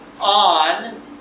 on